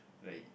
like